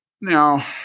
now